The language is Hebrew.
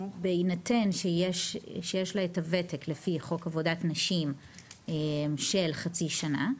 בהינתן שיש לה את הוותק לפי חוק עבודת נשים של חצי שנה,